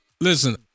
listen